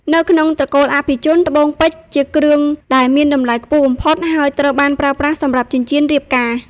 នៅក្នុងត្រកូលអភិជន ត្បូងពេជ្រជាគ្រឿងដែលមានតម្លៃខ្ពស់បំផុត ហើយត្រូវបានប្រើប្រាស់សម្រាប់ចិញ្ចៀនរៀបការ។